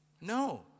No